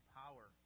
power